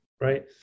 right